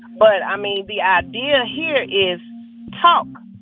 but, i mean, the idea here is talk.